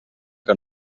que